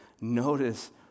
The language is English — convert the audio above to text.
Notice